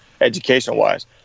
education-wise